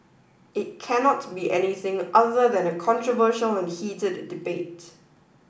it cannot be anything other than a controversial and heated debate